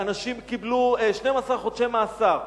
ואנשים קיבלו 12 חודשי מאסר.